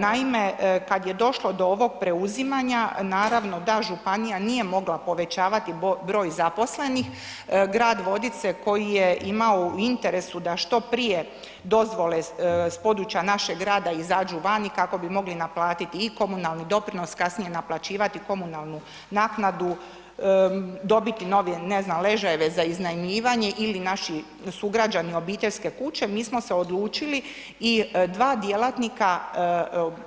Naime, kad je došlo do ovog preuzimanja naravno da županije nije mogla povećavati broj zaposlenih, grad Vodice koji je imamo u interesu da što prije dozvole s područja našeg grada izađu vani kako bi mogli naplatiti i komunalni doprinos, kasnije naplaćivati komunalnu naknadu, dobiti novi ne znam ležajeve za iznajmljivanje ili naši sugrađani obiteljske kuće, mi smo se odlučili i 2 djelatnika